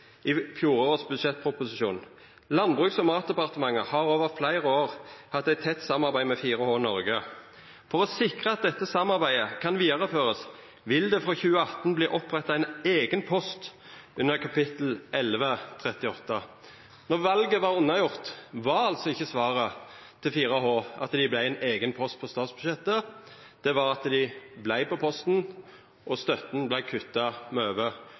i budsjettproposisjonen for fjoråret: «Landbruks- og matdepartementet har over fleire år hatt eit tett samarbeid med 4H Norge. For å sikre at dette samarbeidet kan vidareførast vil det frå 2018 bli oppretta ein eigen post under kap. Då valet var unnagjort, var ikkje svaret til 4H at dei fekk ein eigen post på statsbudsjettet, det var at dei vart på posten, og støtta vart kutta med over